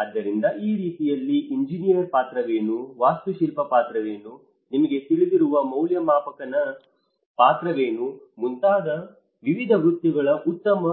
ಆದ್ದರಿಂದ ಆ ರೀತಿಯಲ್ಲಿ ಎಂಜಿನಿಯರ ಪಾತ್ರವೇನು ವಾಸ್ತುಶಿಲ್ಪಿ ಪಾತ್ರವೇನು ನಿಮಗೆ ತಿಳಿದಿರುವ ಮೌಲ್ಯಮಾಪಕನ ಪಾತ್ರವೇನು ಮುಂತಾದ ವಿವಿಧ ವೃತ್ತಿಗಳ ಉತ್ತಮ